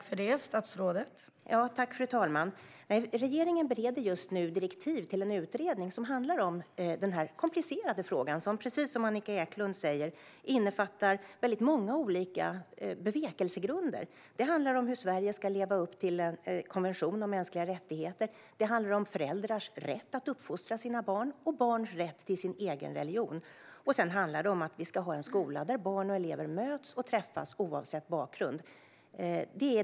Fru talman! Regeringen bereder just nu direktiv till en utredning som handlar om denna komplicerade fråga. Precis som Annika Eclund säger innefattar frågan väldigt många olika bevekelsegrunder. Det handlar om hur Sverige ska leva upp till en konvention om mänskliga rättigheter. Det handlar om föräldrars rätt att uppfostra sina barn och om barns rätt till sin egen religion. Det handlar också om att vi ska ha en skola där barn och elever möts och träffas, oavsett bakgrund.